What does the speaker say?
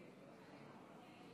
בן זוג לומד),